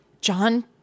john